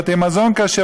בתי מזון כשר,